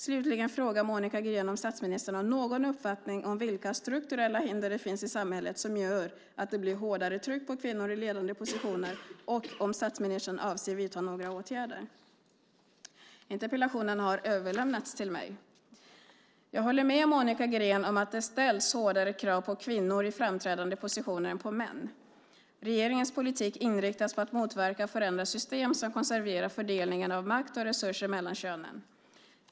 Slutligen frågar Monica Green om statsministern har någon uppfattning om vilka strukturella hinder det finns i samhället som gör att det blir hårdare tryck på kvinnor i ledande positioner och om statsministern avser att vidta några åtgärder. Interpellationen har överlämnats till mig. Jag håller med Monica Green om att det ställs hårdare krav på kvinnor i framträdande positioner än på män. Regeringens politik inriktas på att motverka och förändra system som konserverar fördelningen av makt och resurser mellan könen.